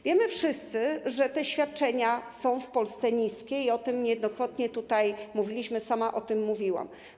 Wiemy wszyscy, że te świadczenia są w Polsce niskie, niejednokrotnie o tym tutaj mówiliśmy, sama o tym mówiłam.